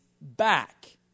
back